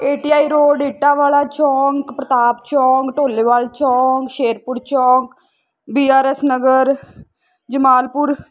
A T I road ਇਟਾ ਵਾਲਾ ਚੌਂਕ ਪ੍ਰਤਾਪ ਚੌਂਕ ਢੋਲੇਵਾਲ ਚੌਂਕ ਸ਼ੇਰਪੁਰ ਚੌਂਕ B R S Nagar Jamalpur